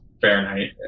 Fahrenheit